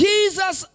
Jesus